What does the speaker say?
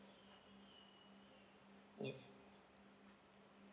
yes